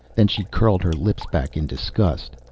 then she curled her lips back in disgust.